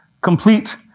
complete